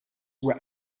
were